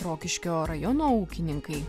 rokiškio rajono ūkininkai